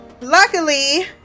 Luckily